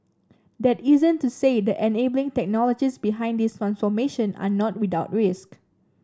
that isn't to say the enabling technologies behind this transformation are not without risk